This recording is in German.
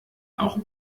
auch